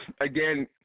Again